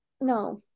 No